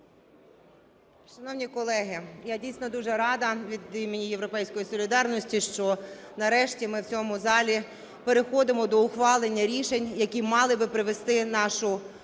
Шановні колеги, я дійсно дуже рада від імені "Європейської солідарності", що нарешті ми в цьому залі переходимо до ухвалення рішень, які мали би привести нашу